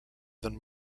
than